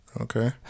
Okay